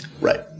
Right